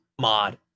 mod